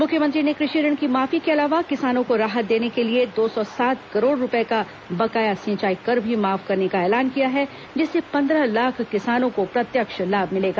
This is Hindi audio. मुख्यमंत्री ने कृषि ऋण की माफी के अलावा किसानों को राहत देने के लिए दो सौ सात करोड़ रूपये का बकाया सिंचाई कर भी माफ करने का ऐलान किया है जिससे पंद्रह लाख किसानों को प्रत्यक्ष लाभ मिलेगा